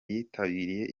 yitabiriye